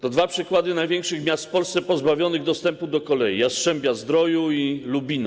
To dwa przykłady największych miast w Polsce pozbawionych dostępu do kolei - Jastrzębia-Zdroju i Lubina.